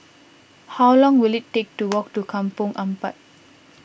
how long will it take to walk to Kampong Ampat